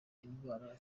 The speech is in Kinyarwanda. indwara